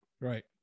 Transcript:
Right